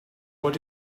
what